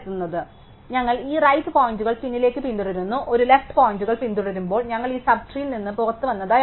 അതിനാൽ ഞങ്ങൾ ആ റൈറ് പോയിന്ററുകൾ പിന്നിലേക്ക് പിന്തുടരുന്നു ഞങ്ങൾ ഒരു ലെഫ്റ് പോയിന്റർ പിന്തുടരുമ്പോൾ ഞങ്ങൾ ഈ സബ് ട്രീയിൽ നിന്ന് പുറത്തുവന്നതായി അറിയാം